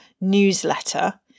newsletter